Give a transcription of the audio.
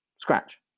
scratch